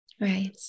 Right